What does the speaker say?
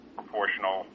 proportional